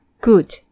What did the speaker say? Good